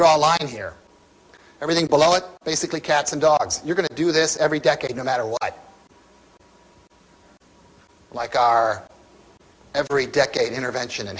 draw a lot in here everything below it basically cats and dogs you're going to do this every decade no matter what i like our every decade intervention